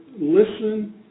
listen